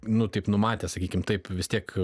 nu taip numatė sakykim taip vis tiek